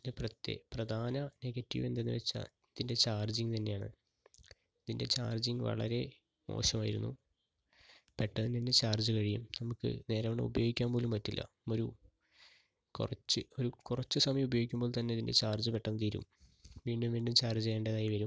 ഇതിൻ്റെ പ്രധാന നെഗറ്റിവെന്തെന്ന് വെച്ചാൽ ഇതിൻ്റെ ചാർജിങ്ങ് തന്നെയാണ് ഇതിൻ്റെ ചാർജിങ്ങ് വളരെ മോശമായിരുന്നു പെട്ടന്ന് തന്നെ ചാർജ് കഴിയും നമുക്ക് നേരാവണ്ണം ഉപയോഗിക്കാൻ പോലും പറ്റില്ല ഒരു കുറച്ച് ഒരു കുറച്ച് സമയം ഉപയോഗിക്കുമ്പോൾ തന്നെ ഇതിൻ്റെ ചാർജ് പെട്ടന്ന് തീരും വീണ്ടും വീണ്ടും ചാർജ് ചെയ്യേണ്ടതായി വരും